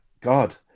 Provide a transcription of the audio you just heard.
God